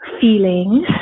feelings